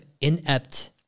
inept